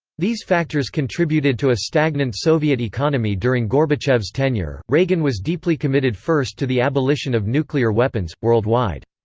these factors contributed to a stagnant soviet economy during gorbachev's tenure reagan was deeply committed first to the abolition of nuclear weapons, worldwide.